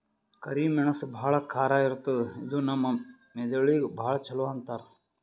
ಕರಿ ಮೆಣಸ್ ಭಾಳ್ ಖಾರ ಇರ್ತದ್ ಇದು ನಮ್ ಮೆದಳಿಗ್ ಭಾಳ್ ಛಲೋ ಅಂತಾರ್